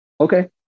okay